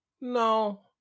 No